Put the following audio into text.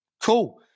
cool